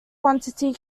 quantity